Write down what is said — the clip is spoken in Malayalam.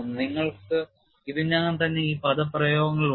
നിങ്ങൾക്ക് ഇതിനകം തന്നെ ഈ പദപ്രയോഗങ്ങളുണ്ട